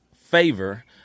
favor